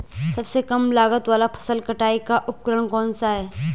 सबसे कम लागत वाला फसल कटाई का उपकरण कौन सा है?